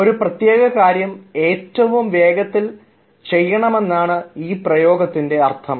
ഒരു പ്രത്യേക കാര്യം ഏറ്റവും വേഗത്തിൽ ചെയ്യണമെന്നാണ് ആ പ്രയോഗത്തിൻറെ അർത്ഥം